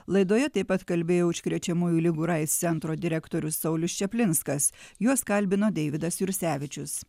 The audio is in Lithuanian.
laidoje taip pat kalbėjo užkrečiamųjų ligų ir aids centro direktorius saulius čaplinskas juos kalbino deividas jursevičius